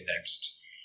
next